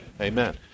Amen